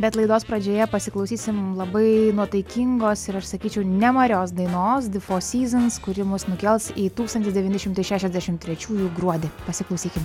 bet laidos pradžioje pasiklausysim labai nuotaikingos ir aš sakyčiau nemarios dainos de for syzons kuri mus nukels į tūkstantis devyni šimtai šešiasdešim trečiųjų gruodį pasiklausykim